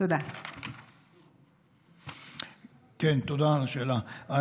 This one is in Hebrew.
תודה על השאלה.